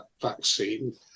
vaccine